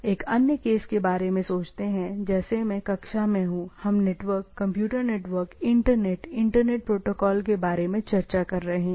एक अन्य केस के बारे में सोचते हैं जैसे मैं कक्षा में हूँ हम network computer network internet internet protocol के बारे में चर्चा कर रहे हैं